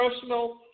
personal